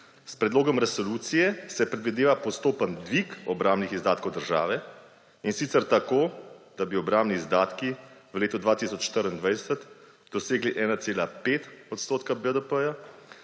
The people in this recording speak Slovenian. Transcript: S predlogom resolucije se predvideva postopen dvig obrambnih izdatkov države, in sicer tako da bi obrambni izdatki v letu 2024 dosegli 1,5 odstotka BDP,